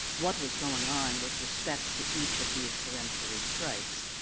what was going on with respect to each of these peremptory strikes.